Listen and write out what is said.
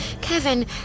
Kevin